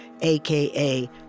AKA